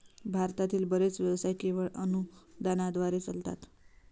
भारतातील बरेच व्यवसाय केवळ अनुदानाद्वारे चालतात